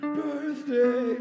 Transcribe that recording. birthday